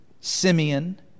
Simeon